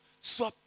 soit